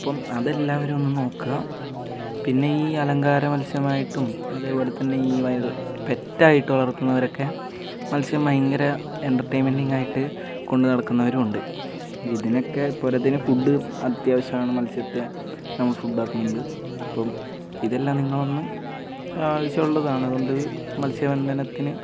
അപ്പം അതെല്ലാവരും ഒന്നും നോക്കുക പിന്നെ ഈ അലങ്കാര മത്സ്യമായിട്ടും അതേപോലെത്തന്നെ ഈ പെറ്റായിട്ട് വളർത്തുന്നവരൊക്കെ മത്സ്യം ഭയങ്കര എൻ്റർടൈൻമെൻറിങ്ങായിട്ട് കൊണ്ട് നടക്കുന്നവരും ഉണ്ട് ഇതിനൊക്കെ പോരാത്തതിന് ഫുഡ് അത്യാവശ്യമാണ് മത്സ്യത്തെ നമ്മൾ ഫുഡാക്കുന്നുണ്ട് അപ്പം ഇതെല്ലാം നിങ്ങളൊന്ന് ആവശ്യമുള്ളതാണ് അതുകൊണ്ട് മത്സ്യബന്ധനത്തിന്